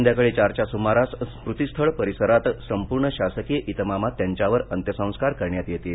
संध्याकाळी चारच्या सुमारास स्मृतीस्थळ परिसरात संपूर्ण शासकीय इतमामात त्यांच्यावर अंत्यसंस्कार करण्यात येतील